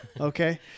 Okay